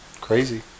crazy